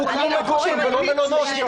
הוקמו מגורים ולא מלונות.